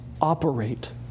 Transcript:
operate